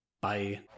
Bye